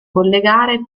collegare